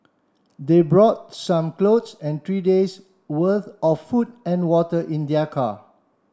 they brought some clothes and three day's worth of food and water in their car